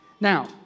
Now